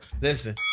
Listen